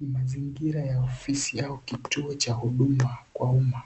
Mazingira ya ofisi au kituo cha huduma kwa umma,